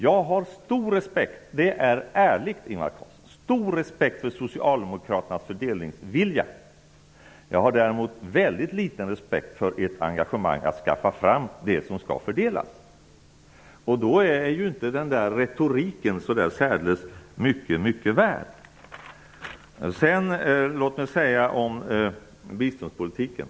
Jag har stor respekt -- och det säger jag ärligt, Ingvar Carlsson -- för socialdemokraternas fördelningsvilja. Jag har däremot mycket liten respekt för ert engagemang för att skaffa fram det som skall fördelas. Saknas det, är retoriken inte särdeles mycket värd. Låt mig så ta upp biståndspolitiken.